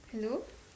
hello